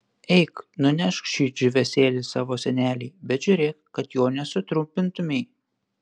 eik nunešk šį džiūvėsėlį savo senelei bet žiūrėk kad jo nesutrupintumei